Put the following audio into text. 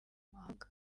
mahanga